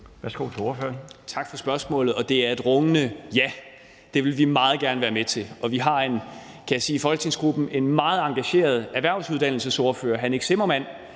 Kofod (DF): Tak for spørgsmålet, og svaret er et rungende ja. Det vil vi meget gerne være med til, og vi har, kan jeg sige, i folketingsgruppen en meget engageret erhvervsuddannelsesordfører, hr. Nick Zimmermann,